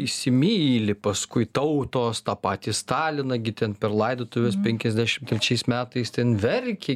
įsimyli paskui tautos tą patį staliną gi ten per laidotuves penkiasdešim trečiais metais ten verkė